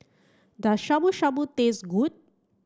does Shabu Shabu taste good